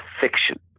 fiction